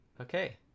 Okay